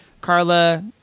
Carla